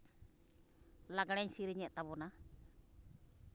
ᱞᱟᱜᱽᱬᱮᱧ ᱥᱤᱨᱤᱧᱮᱫ ᱛᱟᱵᱚᱱᱟ